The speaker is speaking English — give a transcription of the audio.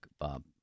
Bob